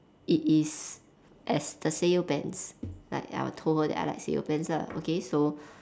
it is as the Sanyo pens like I will told her that I like Sanyo pens lah okay so